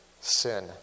sin